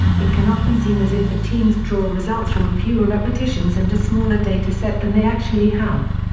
it can often seem as if the teams draw results from fewer repetitions and a smaller data set than they actually have.